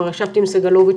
כבר ישבתי עם סגלוביץ',